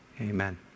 Amen